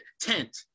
tent